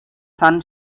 sun